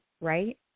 right